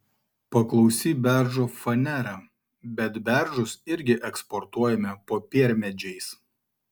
paklausi beržo fanera bet beržus irgi eksportuojame popiermedžiais